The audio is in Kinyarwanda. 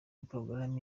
porogaramu